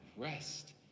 rest